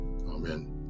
Amen